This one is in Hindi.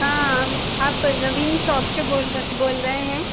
हाँ आप नवीन शॉप से बोल रहे बोल रहे हैं